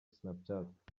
snapchat